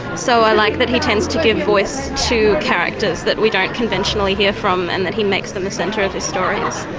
so i like that he tends to give voice to characters that we don't conventionally hear from and that he makes them the centre of his stories.